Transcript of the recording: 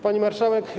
Pani Marszałek!